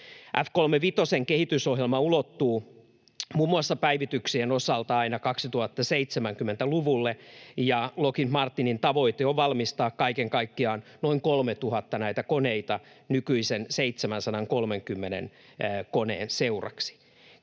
F35:n kehitysohjelma ulottuu muun muassa päivityksien osalta aina 2070-luvulle, ja Lockheed Martinin tavoite on valmistaa kaiken kaikkiaan noin 3 000 näitä koneita nykyisten 730 koneen seuraksi.